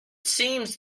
seems